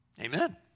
Amen